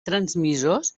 transmissors